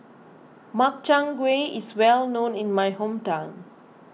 Makchang Gui is well known in my hometown